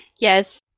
yes